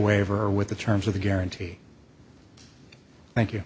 waiver with the terms of the guarantee thank you